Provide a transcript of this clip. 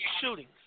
shootings